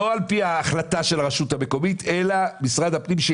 אחמד טיבי לא